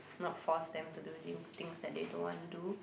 not force them to do thing things they don't wanna do